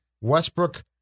Westbrook